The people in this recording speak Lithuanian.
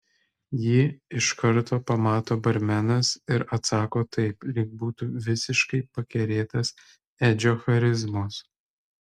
jį iš karto pamato barmenas ir atsako taip lyg būtų visiškai pakerėtas edžio charizmos